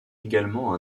également